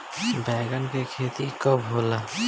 बैंगन के खेती कब होला?